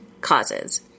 causes